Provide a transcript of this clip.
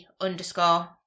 underscore